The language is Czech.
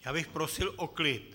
Já bych prosil o klid!